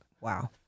Wow